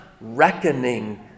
reckoning